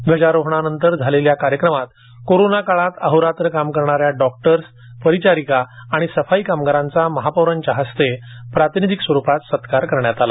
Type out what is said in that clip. ध्वजारोहणानंतर झालेल्या कार्यक्रमात कोरोना काळात अहोरात्र काम करणाऱ्या डॉक्टर परिचारिका आणि सफाई कामगारांचा महापौरांच्या हस्ते प्रातिनिधिक स्वरूपात सत्कार करण्यात आला